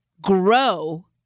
grow